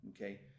okay